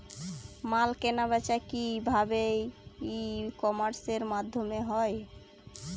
মাল কেনাবেচা কি ভাবে ই কমার্সের মাধ্যমে হয়?